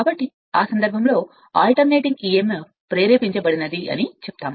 కాబట్టి ఆ సందర్భంలో ఏమి మీరు దీనిని ప్రత్యామ్నాయ emf ప్రేరేపిత అని పిలుస్తారు